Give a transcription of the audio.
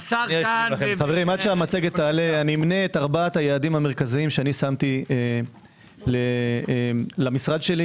עד שהמצגת תעלה אמנה את ארבעת היעדים המרכזיים ששמתי למשרד שלי